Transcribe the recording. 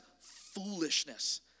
foolishness